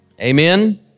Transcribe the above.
amen